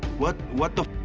what what the